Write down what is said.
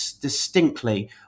distinctly